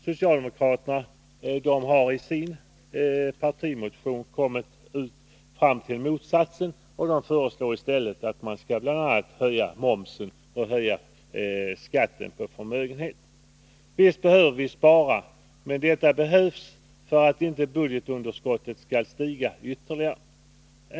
Socialdemokraterna har i sin partimotion kommit fram till motsatsen: Höj momsen och skatten på förmögenheter! Visst behöver vi spara, men detta behövs för att inte budgetunderskottet skallstiga ytterligare.